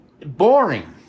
Boring